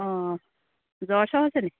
অঁ জ্বৰ চৰ হৈছে নেকি